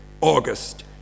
August